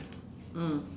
mm